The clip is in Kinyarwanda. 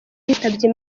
yitabye